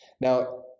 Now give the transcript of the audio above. Now